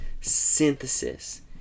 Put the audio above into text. synthesis